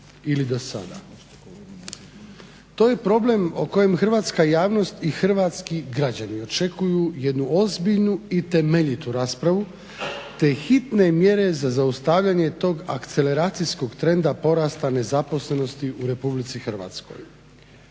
To je problem o kojem hrvatska javnost i hrvatski građani očekuju jednu ozbiljnu i temeljitu raspravu te hitne mjere za zaustavljanje tog akceleracijskog trenda porasta nezaposlenosti u RH. ako